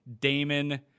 Damon